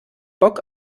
bock